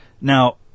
Now